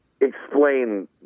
explain